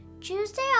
Tuesday